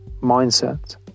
mindset